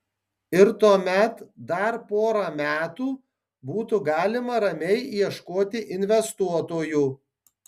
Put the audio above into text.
ir tuomet dar porą metų būtų galima ramiai ieškoti investuotojų